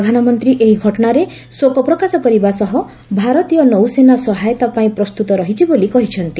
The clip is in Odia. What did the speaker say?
ପ୍ରଧାନମନ୍ତ୍ରୀ ଏହି ଘଟଣାରେ ଶୋକ ପ୍ରକାଶ କରିବା ସହ ଭାରତୀୟ ନୌସେନା ସହାୟତା ପାଇଁ ପ୍ରସ୍ତୁତ ରହିଛି ବୋଲି କହିଛନ୍ତି